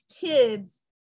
kids